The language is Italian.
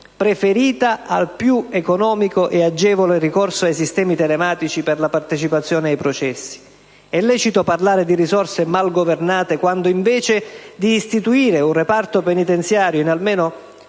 preferita al più economico e agevole ricorso ai sistemi telematici per la partecipazione ai processi? È lecito parlare di risorse mal governate quando, invece di istituire un reparto penitenziario in almeno